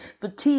fatigue